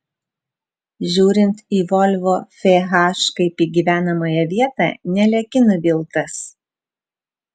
žiūrint į volvo fh kaip į gyvenamąją vietą nelieki nuviltas